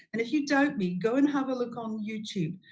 and if you don't meet, go and have a look on youtube,